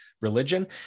religion